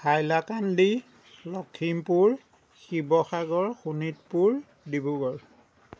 Hailakandi Lakhimpur Sivasagar Sonitpur Dibrugarh